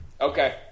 Okay